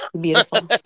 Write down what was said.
Beautiful